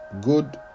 good